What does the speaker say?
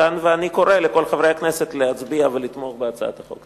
ואני קורא לכל חברי הכנסת להצביע ולתמוך בהצעת החוק.